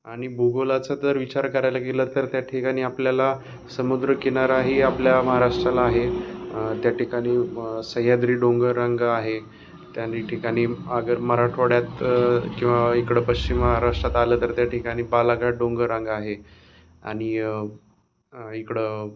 आणि भूगोलाच जर विचार करायला गेलं तर त्या ठिकाणी आपल्याला समुद्र किनारा आहे आपल्या महाराष्ट्राला आहे त्या ठिकाणी सह्याद्री डोंगर रांंगा आहे आणि त्या ठिकाणी अगर मराठवाड्यात किंवा इकडं पश्चिम महाराष्ट्रात आलं तर त्या ठिकाणी बालाघाट डोंगररांग आहे आणि इकडं